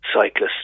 cyclists